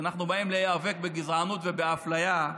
אנחנו באים להיאבק בגזענות ובאפליה,